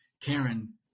Karen